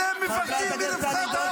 --- חברת הכנסת טלי.